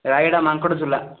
Rayagada Mankadajhula